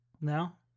now